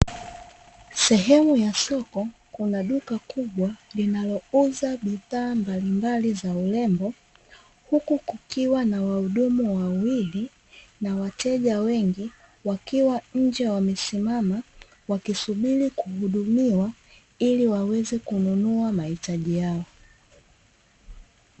Sehemu ya soko kuna duka kubwa linalouza bidhaa mbalimbali za urembo, huku kukiwa na wahudumu wawili na wateja wengi wakiwa nje wamesimama wakisubiri kuhudumiwa ili waweze kununua mahitaji yao.